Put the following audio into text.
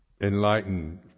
enlightened